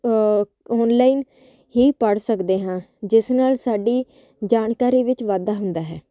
online ਹੀ ਪੜ੍ਹ ਸਕਦੇ ਹਾਂ ਜਿਸ ਨਾਲ ਸਾਡੀ ਜਾਣਕਾਰੀ ਵਿੱਚ ਵਾਧਾ ਹੁੰਦਾ ਹੈ